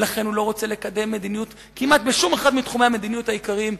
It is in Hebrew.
ולכן הוא לא רוצה לקדם מדיניות כמעט באף אחד מתחומי המדיניות העיקריים.